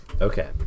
Okay